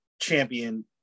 champion